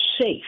safe